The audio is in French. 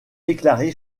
déclaré